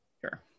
Sure